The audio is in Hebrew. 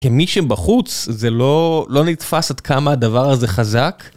כמי שבחוץ זה לא... לא נתפס עד כמה הדבר הזה חזק.